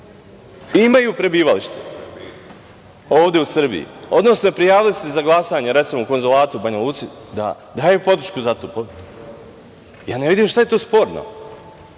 imaju prebivalište ovde u Srbiji, odnosno prijavili su se za glasanje, recimo u konzulatu u Banja Luci, da daju podršku za to. Ne vidim šta je u tome sporno?